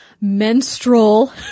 menstrual